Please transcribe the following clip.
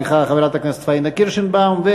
חברת הכנסת פניה קירשנבאום,